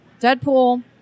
Deadpool